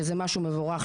שזה משהו מבורך,